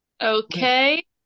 Okay